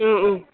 Om Om